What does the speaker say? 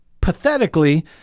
pathetically